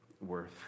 worth